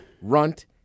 runt